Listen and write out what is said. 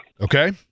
Okay